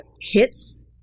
hits